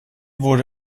wurde